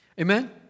Amen